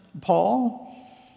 Paul